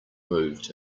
moved